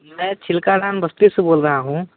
मैं छिलकाराम बस्ती से बोल रहा हूँ